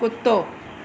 कुतो